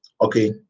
okay